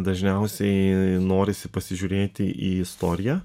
dažniausiai norisi pasižiūrėti į istoriją